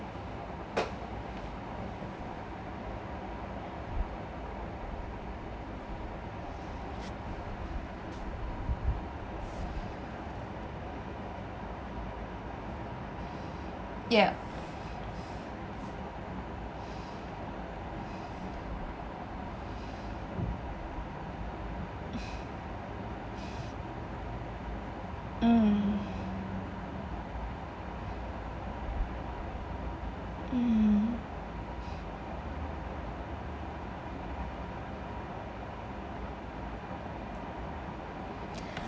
yup mm mm